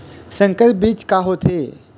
संकर बीज का होथे?